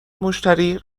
مشتری